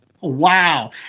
Wow